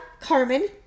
Carmen